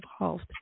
involved